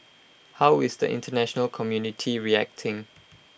how is the International community reacting